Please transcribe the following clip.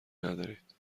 ندارید